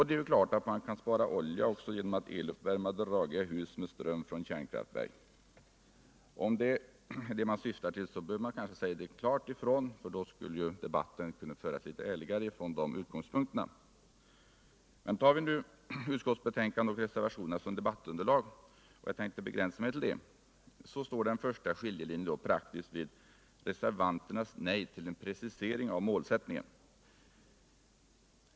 Det är klart att man kan spara olja också genom att eluppvärma dragiga hus med ström från kärnkraftverk. Om det är det man syftar till, så bör det sägas ifrån klart. Då bör debatten också ärligt föras utifrån dessa utgångspunkter. Tar vi nu emellertid utskottsbetänkandet och reservationerna som debattunderlag — jag tänkte begränsa mig till detta — så finner vi att den första skiljelinjen går vid reservanternas nej till en precisering av målsättningen.